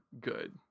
good